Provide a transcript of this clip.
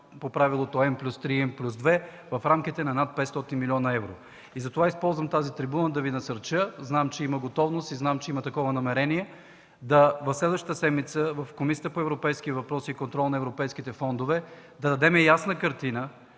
по правилото N+3/N+2 в рамките на над 500 милиона евро. Затова използвам тази трибуна да Ви насърча. Знам, че има готовност и че има такова намерение следващата седмица в Комисията по европейските въпроси и контрол на европейските фондове да дадем ясна картина